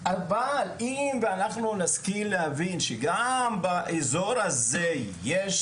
אבל אם אנחנו נשכיל להבין שגם באזור הזה יש